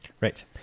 Right